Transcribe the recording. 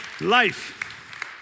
life